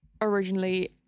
originally